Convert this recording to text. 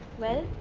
well,